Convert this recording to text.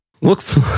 Looks